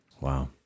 Wow